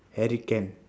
eric can